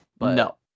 No